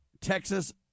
Texas